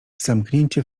zamknięcie